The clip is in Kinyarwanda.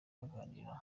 baganira